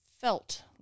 felt